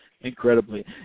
Incredibly